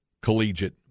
Collegiate